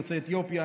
יוצאי אתיופיה,